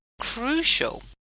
crucial